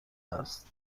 است